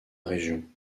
région